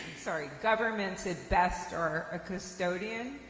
sorry, governments, at best, are a custodian.